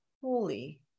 holy